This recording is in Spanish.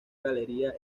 galería